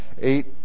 eight